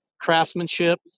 craftsmanship